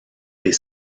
des